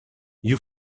you